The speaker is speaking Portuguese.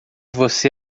você